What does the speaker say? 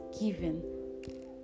given